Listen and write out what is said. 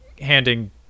handing